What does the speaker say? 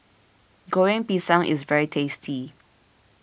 Goreng Pisang is very tasty